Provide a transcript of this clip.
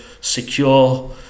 secure